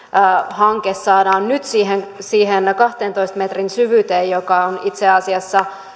hanke saadaan nyt siihen siihen kahdentoista metrin syvyyteen mikä on itse asiassa